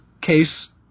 case